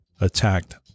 attacked